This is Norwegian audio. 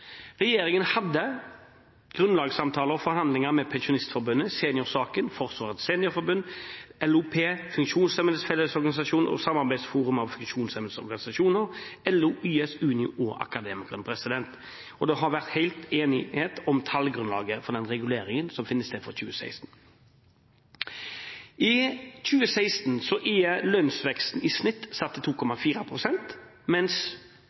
Regjeringen hadde grunnlagssamtaler og forhandlinger med Pensjonistforbundet, Seniorsaken, Forsvarets Seniorforbund, LOP, Funksjonshemmedes Fellesorganisasjon og Samarbeidsforumet av funksjonshemmedes organisasjoner, LO, YS, Unio og Akademikerne. Det har vært enighet om tallgrunnlaget for reguleringen for 2016. I 2016 er lønnsveksten i snitt satt til 2,4 pst., mens